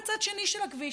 בצד שני של הכביש.